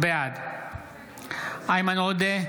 בעד איימן עודה,